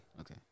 Okay